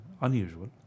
unusual